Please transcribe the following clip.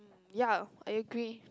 ya I agree